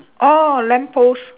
oh lamp post